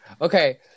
okay